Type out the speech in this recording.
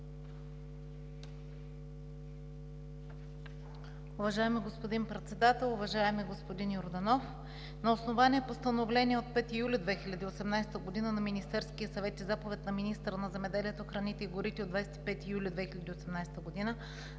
Уважаеми господин Председател, уважаеми господин Йорданов! На основание Постановление от 5 юли 2018 г. на Министерския съвет и Заповед на министъра на земеделието, храните и горите от 25 юли 2018 г.